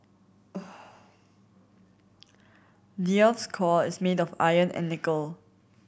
the earth's core is made of iron and nickel